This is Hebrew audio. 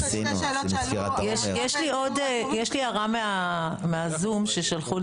מצוין שההשגה אנחנו נצטרך לשלם תוך 7 ימים מיום שהומצאה ההחלטה.